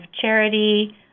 charity